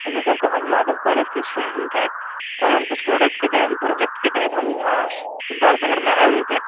اچھا سر تو ہم مادھو کالج کے اسٹوڈنٹ ہیں اور ہم کچھ پروڈکٹ کے تحت پروجیکٹ کے تحت ہم یہاں سدھارتھ نگر میں آئے ہوئے تھے